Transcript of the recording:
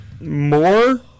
more